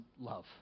love